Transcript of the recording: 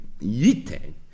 Yiten